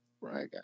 right